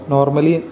Normally